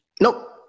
Nope